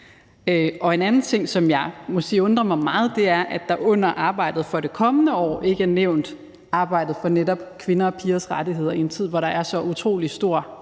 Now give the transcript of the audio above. Og noget andet, som jeg må sige undrer mig meget, er, at der under arbejdet for det kommende år ikke er nævnt arbejdet for netop kvinders og pigers rettigheder i en tid, hvor der er, desværre, så utrolig stor